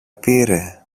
πήρε